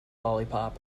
lollipop